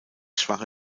schwache